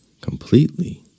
completely